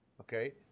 okay